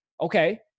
Okay